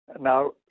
Now